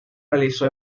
realizó